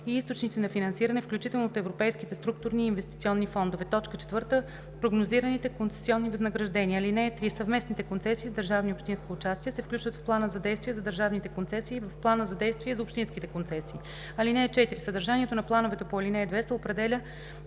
и източници на финансиране, включително от Европейските структурни и инвестиционни фондове; 4. прогнозираните концесионни възнаграждения. (3) Съвместните концесии с държавно и общинско участие се включват в плана за действие за държавните концесии и в плана за действие за общинските концесии. (4) Съдържанието на плановете по ал. 2 се определя